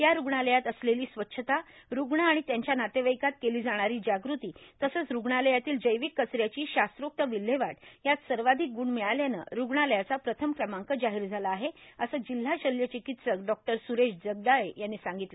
या रुग्णालयात असलेलॉ स्वच्छता रुग्ण आणि त्यांच्या नातेवाईकात केलो जाणारी जागृती तसंच रुग्णालयातील र्जौवक कचऱ्याची शास्त्रोक्त विल्हेवाट यात सर्वाधिक गुण मिळाल्यानं रुग्णालयाचा प्रथम क्रमांक जाहोर झाला आहे असं जिल्हा शल्य र्चाकत्सक डॉ सुरेश जगदाळे यांनी सांगितलं